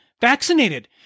vaccinated